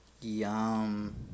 Yum